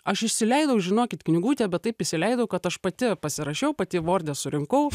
aš įsileidau žinokit knygutę bet taip įsileidau kad aš pati pasirašiau pati vorde surinkau